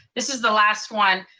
this is the last one.